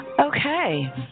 Okay